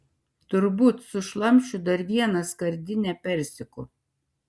turbūt sušlamšiu dar vieną skardinę persikų